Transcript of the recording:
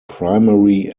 primary